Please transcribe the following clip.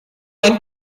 ein